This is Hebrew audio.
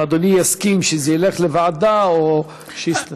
האם אדוני יסכים שזה ילך לוועדה, או שיסתפקו?